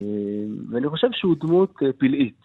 ואני חושב שהוא דמות פלאית.